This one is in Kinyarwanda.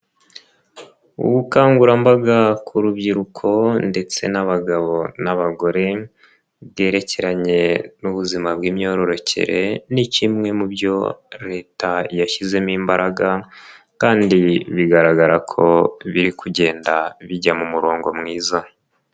Ubukangurambaga ku rubyiruko ndetse n'abagabo n'abagore byerekeranye n'ubuzima bw'imyororokere ni kimwe mu byo Leta yashyizemo imbaraga, kandi bigaragara ko biri kugenda bijya mu murongo mwiza.